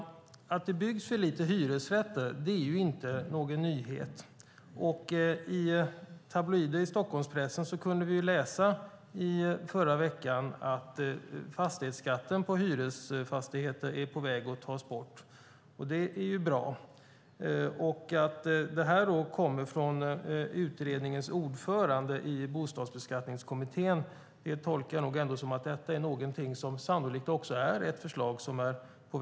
Att det byggs för lite hyresrätter är inte någon nyhet. I Stockholmspressens tabloider kunde vi i förra veckan läsa att fastighetsskatten på hyresfastigheter är på väg att tas bort. Det är bra. Att detta kommer från ordföranden för Bostadsbeskattningskommitténs utredning tolkar jag som att detta förslag sannolikt är på väg att läggas fram.